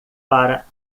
para